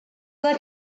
let